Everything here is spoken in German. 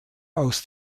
aus